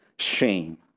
shame